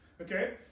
Okay